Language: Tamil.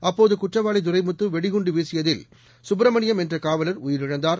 அப்போது குற்றவாளி துரைமுத்து வெடிகுண்டு வீசியதில் சுப்பிரமணியன் என்ற காவலர் உயிரிழந்தார்